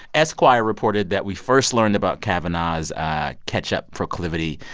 esquire reported that we first learned about kavanaugh's ah ketchup proclivity